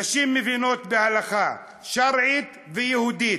נשים מבינות בהלכה, שרעית ויהודית,